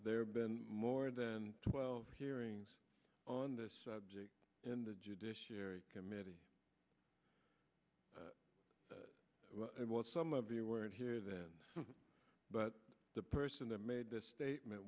there have been more than twelve hearings on this subject and the judiciary committee what some of you were in here then but the person that made the statement